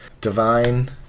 divine